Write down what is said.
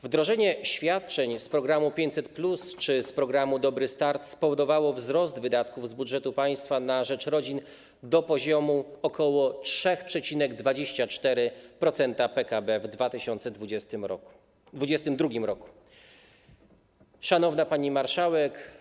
Wdrożenie świadczeń z programu 500+ czy z programu „Dobry start” spowodowało wzrost wydatków z budżetu państwa na rzecz rodzin do poziomu około 3,24% PKB w 2022 r. Szanowna Pani Marszałek!